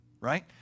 right